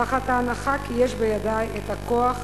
תחת ההנחה שיש בידי הכוח